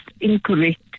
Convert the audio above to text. incorrect